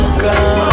come